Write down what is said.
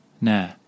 Nah